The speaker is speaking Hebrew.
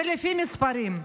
ולפי מספרים,